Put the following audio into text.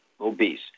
obese